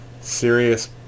serious